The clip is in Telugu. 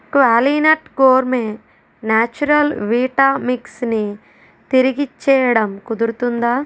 క్వాలినట్ గోర్మే న్యాచురల్ వీటామిక్స్ని తిరిగిచ్చేయడం కుదురుతుందా